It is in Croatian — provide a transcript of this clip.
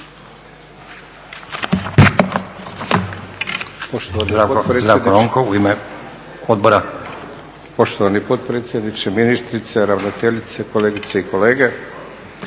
Poštovani potpredsjedniče, ministrice, ravnateljice, kolegice i kolege.